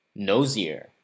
nosier